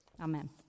Amen